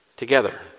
together